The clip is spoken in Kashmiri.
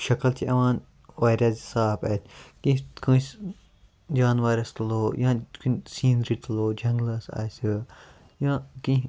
شَکٕل چھِ یِوان واریاہ صاف اَتھِ کیٚنہہ کٲنٛسہِ جانوَرَس تُلو یا کُنہِ سیٖنری تُلو جَنٛگلَس آسہِ یا کیٚنہہ